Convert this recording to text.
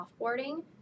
offboarding